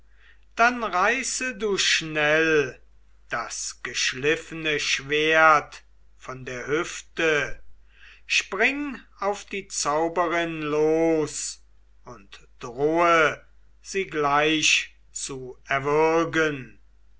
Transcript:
dann reiße du schnell das geschliffene schwert von der hüfte spring auf die zauberin los und drohe sie gleich zu erwürgen